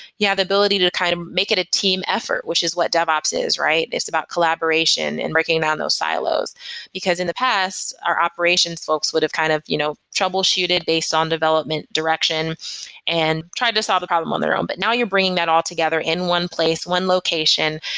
yeah the ability to kind of make it a team effort, which is what devops is, right? it's about collaboration and breaking down those silos because in the past, our operations folks would have kind of you know troubleshooted based on development direction and tried to solve the problem on their own. but now you're bringing that altogether in one place, one location.